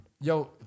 Yo